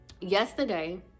yesterday